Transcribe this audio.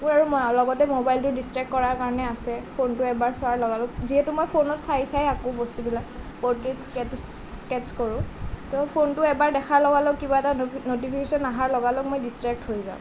মোৰ আৰু লগতে মোবাইলটো ডিচট্ৰেক কৰাৰ কাৰণে আছে ফোনটো এবাৰ চোৱাৰ লগে লগে যিহেতু মই ফোনত চাই চাই আঁকো বস্তুবিলাক পৰ্ট্ৰেইট স্কেট্চ কৰোঁ তো ফোনটো এবাৰ দেখাৰ লগা লগ কিবা এটা নটিফিকেচন অহাৰ লগা লগ মই ডিচট্ৰেক্ট হৈ যাওঁ